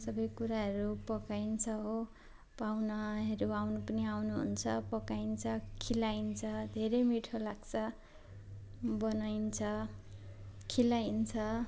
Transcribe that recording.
सब कुराहरू पकाइन्छ हो पाहुनाहरू आउनु पनि आउनु हुन्छ पकाइन्छ खुवाइन्छ धेरै मिठो लाग्छ बनाइन्छ खुवाइन्छ